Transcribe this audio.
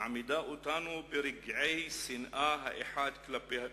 מעמידה אותנו ברגעי שנאה האחד כלפי משנהו,